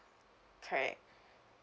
correct